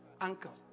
uncle